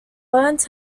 learned